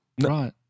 Right